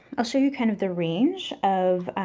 i'll show you kind of the range of,